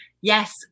yes